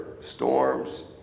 storms